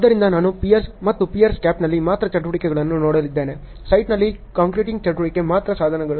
ಆದ್ದರಿಂದ ನಾನು ಪಿಯರ್ಸ್ ಮತ್ತು ಪಿಯರ್ ಕ್ಯಾಪ್ನಲ್ಲಿ ಮಾತ್ರ ಚಟುವಟಿಕೆಗಳನ್ನು ನೋಡಲಿದ್ದೇನೆ ಸೈಟ್ನಲ್ಲಿ ಕಾಂಕ್ರೀಟಿಂಗ್ ಚಟುವಟಿಕೆ ಮಾತ್ರ ಸಾಧನಗಳು